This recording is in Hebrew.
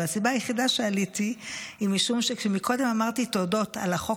אבל הסיבה היחידה שעליתי היא משום שקודם אמרתי תודות על החוק